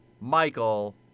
Michael